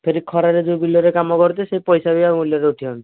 ସେଇଠି ଖରାରେ ଯେଉଁ ବିଲରେ କାମ କରୁଛେ ସେ ପଇସା ବି ଆଉ ମୂଲ୍ୟରେ ଉଠିବନି